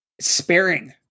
sparing